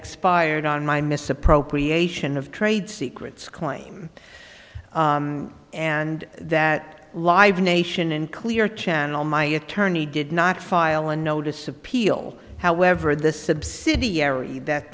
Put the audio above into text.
expired on my misappropriation of trade secrets claim and that live nation and clear channel my attorney did not file a notice of appeal however the subsidiary that